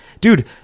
dude